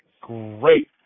great